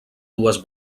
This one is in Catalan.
dues